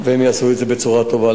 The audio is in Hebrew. והם יעשו את זה בצורה טובה.